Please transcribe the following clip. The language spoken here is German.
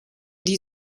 die